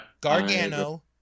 Gargano